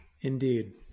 indeed